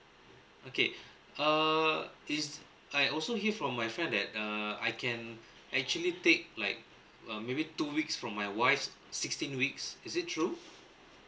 okay err this I also hear from my friend that err I can actually take like uh maybe two weeks from my wife's sixteen weeks is it true